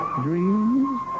dreams